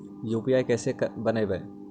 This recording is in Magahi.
यु.पी.आई कैसे बनइबै?